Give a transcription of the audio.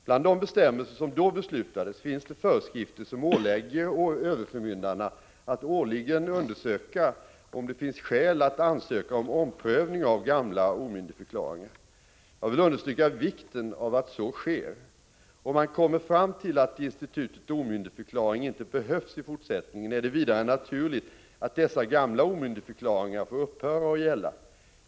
Bland de bestämmelser som då beslutades finns det föreskrifter som ålägger överförmyndarna att årligen undersöka om det finns skäl att ansöka om omprövning av gamla omyndigförklaringar. Jag vill understryka vikten av att så sker. Om man kommer fram till att institutet omyndigförklaring inte behövs i fortsättningen, är det vidare naturligt att dessa gamla omyndigförklaringar får upphöra att gälla.